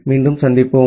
மீண்டும் சந்திப்போம்